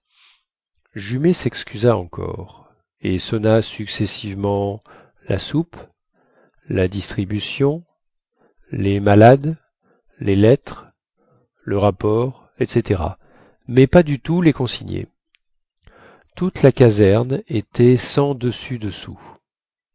jumet sexcusa encore et sonna successivement la soupe la distribution les malades les lettres le rapport etc mais pas du tout les consignés toute la caserne était sens dessus dessous